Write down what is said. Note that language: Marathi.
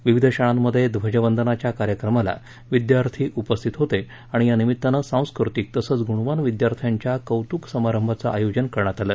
विविध शाळांमध्ये ध्वजवंदनाच्या कार्यक्रमाला विद्यार्थी उपस्थित होते आणि या निमित्तानं सांस्कृतिक तसंच गूणवान विद्यार्थ्यांच्या कौतूक समारंभाचं आयोजन करण्यात आलं